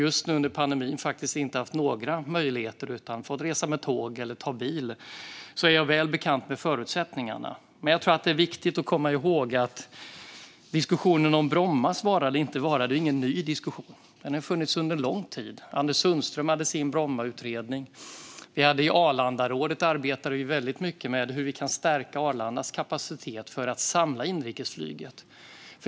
Just nu under pandemin har vi inte haft några möjligheter att flyga utan har fått resa med tåg eller ta bil. Så jag är väl bekant med förutsättningarna. Det är viktigt att komma ihåg att diskussionen om Brommas vara eller inte vara inte är ny. Den har funnits under lång tid. Anders Sundström hade sin Brommautredning. I Arlandarådet har vi arbetat mycket med frågan om hur vi kan stärka Arlandas kapacitet för att samla inrikesflyget.